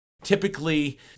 Typically